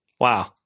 Wow